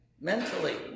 mentally